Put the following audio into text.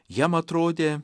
jam atrodė